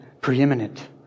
preeminent